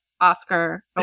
oscar